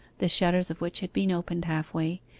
the shutters of which had been opened half way,